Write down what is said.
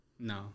No